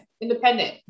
independent